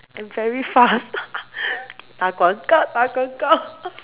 and very fast 打广告打广告